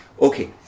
Okay